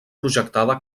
projectada